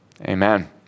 amen